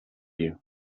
you